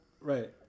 Right